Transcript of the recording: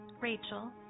Rachel